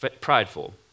prideful